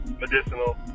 Medicinal